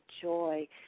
joy